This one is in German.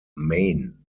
maine